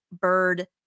bird